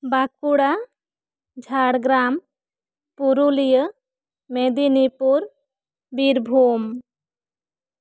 Bankura Jhargram Purulia Medinipur Birbhum